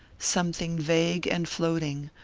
something vague and floating,